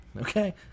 okay